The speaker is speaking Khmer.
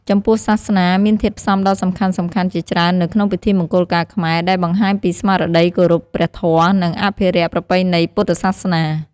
ចំពោះសាសនា មានធាតុផ្សំដ៏សំខាន់ៗជាច្រើននៅក្នុងពិធីមង្គលការខ្មែរ ដែលបង្ហាញពីស្មារតីគោរពព្រះធម៌ និងអភិរក្សប្រពៃណីពុទ្ធសាសនា។